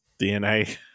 DNA